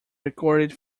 recorded